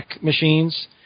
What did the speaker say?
machines